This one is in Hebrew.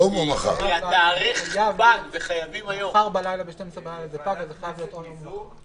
התאריך פג, אז זה חייב להיות היום.